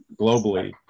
globally